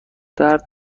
درد